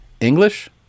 English